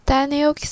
Daniel